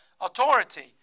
authority